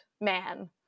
man